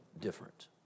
different